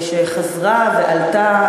שחזרה ועלתה,